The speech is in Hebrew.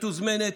מתוזמנת?